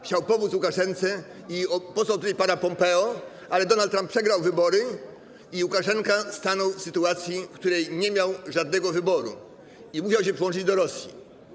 chciał pomóc Łukaszence i posłał tutaj pana Pompeo, ale Donald Trump przegrał wybory i Łukaszenka stanął w sytuacji, w której nie miał żadnego wyboru i musiał się przyłączyć do Rosji.